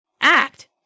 Act